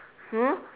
hmm